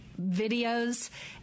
videos